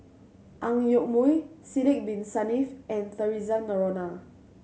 Ang Yoke Mooi Sidek Bin Saniff and Theresa Noronha